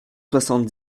soixante